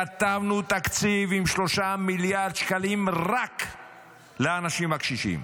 כתבנו תקציב עם 3 מיליארד שקלים רק לאנשים הקשישים,